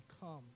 come